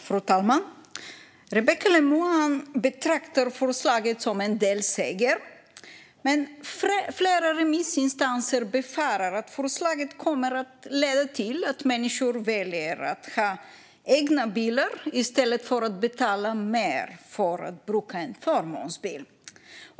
Fru talman! Rebecka Le Moine betraktar förslaget som en delseger. Men flera remissinstanser befarar att förslaget kommer att leda till att människor väljer att ha egna bilar i stället för att betala mer för att bruka en förmånsbil.